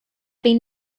been